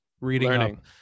reading